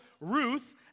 Ruth